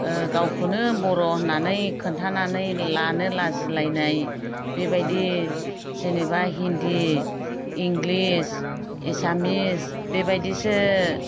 गावखौनो बर'होननानै खोन्थानानै लानो लाजिलायनाय बिबायदि जेनेबा हिन्दी इंलिस एसामिस बेबायदिसो